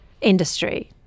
industry